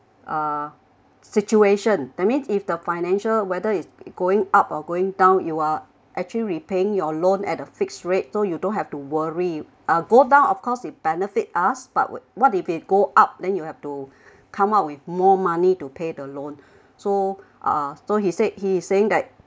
uh situation that means if the financial whether it's going up or going down you are actually repaying your loan at a fixed rate so you don't have to worry uh go down of course it'll benefit us but what what if it go up then you have to come up with more money to pay the loan so uh so he said he's saying that